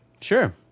Sure